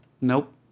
Nope